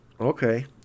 Okay